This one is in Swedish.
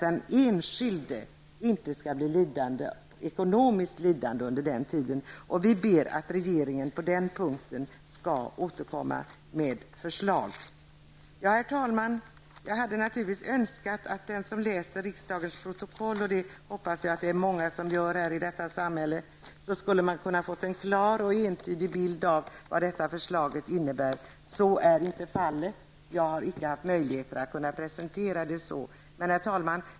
Den enskilde skall inte bli ekonomiskt lidande under den tiden. Vi ber att regeringen på den punkten skall återkomma med förslag. Herr talman! Jag hade naturligtvis önskat att den som läser riksdagens protokoll, och jag hoppas att det är många som gör det i vårt samhälle, skulle få en klar och entydig bild av vad detta förslag innebär. Så är inte fallet. Jag har inte haft möjligheter att presentera det så. Herr talman!